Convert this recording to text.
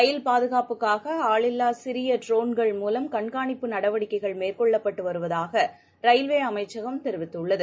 ரயில் பாதுகாப்புக்காகஆளில்லாசிறியட்ரோன்கள் மூலம் கண்காணிப்பு நடவடிக்கைகள் மேற்கொள்ளப்பட்டுவருவதாகரயில்வேஅமைச்சகம் தெரிவித்துள்ளது